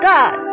God